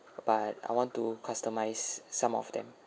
but I want to customize some of them